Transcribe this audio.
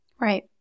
Right